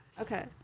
okay